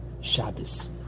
Shabbos